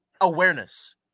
awareness